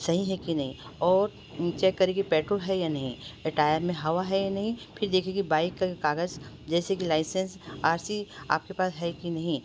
सही है कि नहीं और चेक करें कि पेट्रोल है या नहीं टायर में हवा है या नहीं फिर देखे कि बाईक के कागज जैसे कि लाइसेंस आर सी आपके पास है कि नहीं